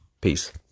Peace